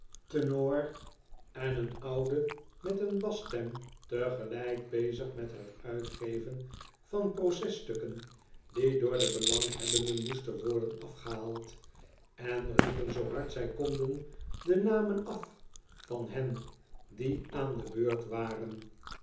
een tenoren een oude met een basstem tegelijk bezig met het uitgeven van processtukken die door de belanghebbenden moesten worden afgehaald en riepen zoo hard zij konden de namen af van hen die aan de beurt waren